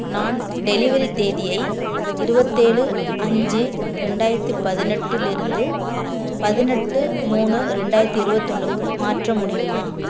நான் டெலிவரி தேதியை இருபத்தேழு அஞ்சு ரெண்டாயிரத்தி பதினெட்டிலிருந்து பதினெட்டு மூணு ரெண்டாயிரத்தி இருபத்தொன்னுக்கு மாற்ற முடியுமா